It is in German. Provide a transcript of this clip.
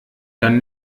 dann